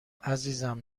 عزیزم